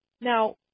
Now